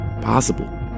possible